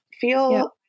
feel